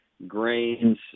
Grains